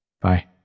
Bye